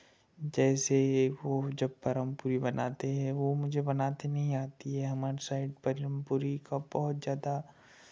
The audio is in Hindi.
जैसे वो जब परम पूड़ी बनाती है वो मुझे बनाते नहीं आती है हमारे साइड परम पूड़ी का बहुत ज़्यादा